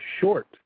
short